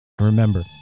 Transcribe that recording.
Remember